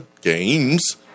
games